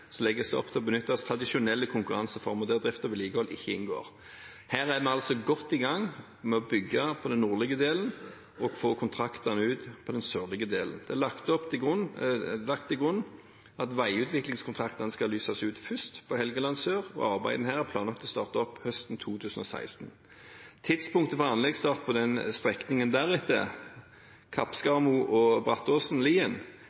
legges det opp til å benytte tradisjonelle konkurranseformer der drift og vedlikehold ikke inngår. Her er vi altså godt i gang med å bygge på den nordlige delen og få kontraktene ut på den sørlige delen. Det er lagt til grunn at veiutviklingskontraktene skal lyses ut først på Helgeland sør, og arbeidene her er planlagt å starte opp høsten 2016. Tidspunktet for anleggsstart på strekningen deretter,